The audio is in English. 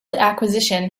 acquisition